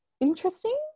interesting